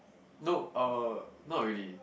no uh not really